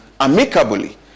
amicably